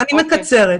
אני אקצר.